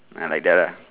ah like that lah